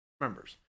members